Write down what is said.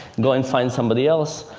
go and find somebody else.